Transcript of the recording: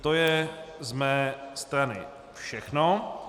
To je z mé strany všechno.